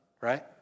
right